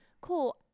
cool